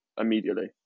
immediately